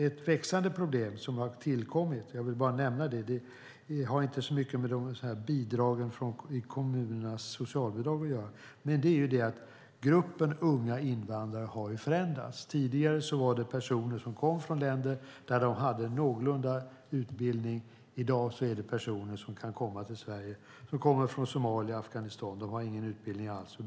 Ett växande problem som har tillkommit - jag vill bara nämna det, det har inte så mycket med kommunernas socialbidrag att göra - är att gruppen unga invandrare har förändrats. Tidigare var det personer som kom från länder där de hade någorlunda utbildning. I dag är det personer som kan komma till Sverige från Somalia eller Afghanistan. De har ingen utbildning alls.